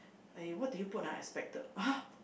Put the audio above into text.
eh what did you put !huh! expected !huh!